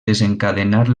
desencadenar